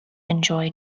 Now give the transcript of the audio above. enjoy